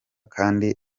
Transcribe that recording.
kandi